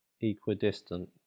equidistant